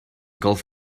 golf